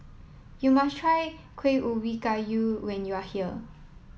you must try Kueh Ubi Kayu when you are here